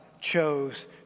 chose